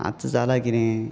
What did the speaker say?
आतां जालां किदें